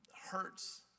hurts